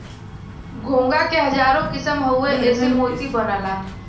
घोंघा क हजारो किसम हउवे एसे मोती बनला